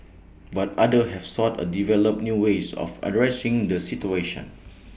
but others have sought A develop new ways of addressing the situation